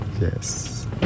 Yes